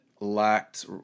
lacked